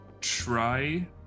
try